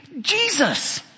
Jesus